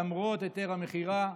למרות היתר המכירה,